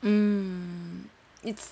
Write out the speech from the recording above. mm it's